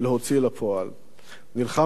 נלחמת כי חיית חיי שליחות,